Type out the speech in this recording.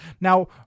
Now